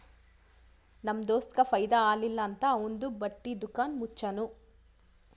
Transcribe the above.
ನಮ್ ದೋಸ್ತಗ್ ಫೈದಾ ಆಲಿಲ್ಲ ಅಂತ್ ಅವಂದು ಬಟ್ಟಿ ದುಕಾನ್ ಮುಚ್ಚನೂ